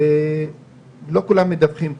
ולא כולם מדווחים כנראה,